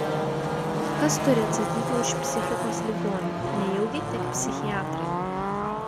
kas turi atsakyti už psichikos ligonį nejaugi tik psichiatrai